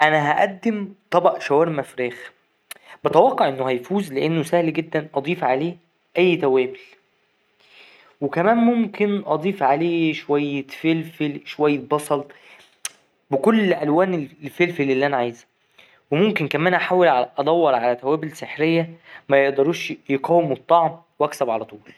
أنا هقدم طبق شاورما فراخ بتوقع أنه هيفوز لأن سهل جدا أضيف عليه أي توابل وكمان ممكن أضيف عليه شوية فلفل شوية بصل بكل ألوان الفلفل اللي أنا عايزها وممكن كمان أحاول أدور على توابل سحرية ميقدروش يقاوموا الطعم وأكسب علطول.